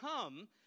come